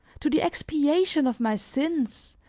to the expiation of my sins,